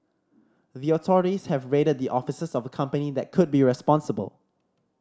the authorities have raided the offices of a company that could be responsible